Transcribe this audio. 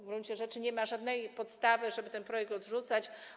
W gruncie rzeczy nie ma żadnej podstawy, żeby ten projekt odrzucać.